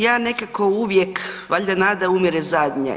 Ja nekako uvijek, valjda nada umire zadnja.